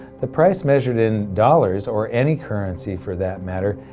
the price measured in dollars, or any currency for that matter,